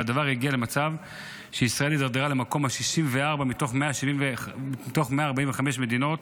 והדבר הגיע למצב שישראל הידרדרה למקום ה-64 מתוך 145 מדינות